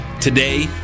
Today